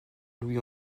louis